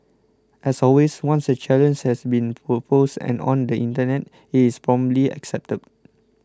as always once a challenge has been proposed and on the Internet it is promptly accepted